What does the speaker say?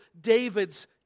David's